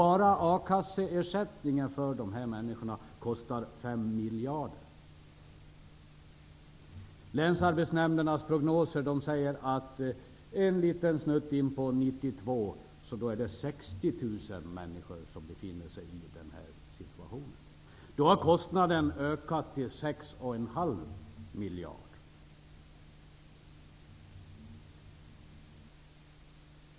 Bara akasseersättningen för de här människorna kostar 5 Länsarbetsnämndernas prognoser talar om att 60 000 människor befinner sig i den här situationen. Då ökar kostnaden till sex och en halv miljard.